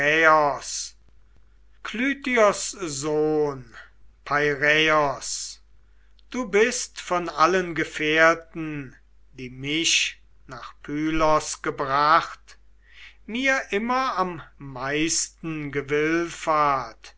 sohn peiraios du bist von allen gefährten die mich nach pylos gebracht mir immer am meisten